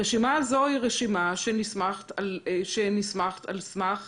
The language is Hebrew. הרשימה הזו היא רשימה שהכנת על סמך